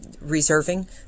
reserving